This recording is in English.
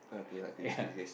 yeah